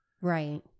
Right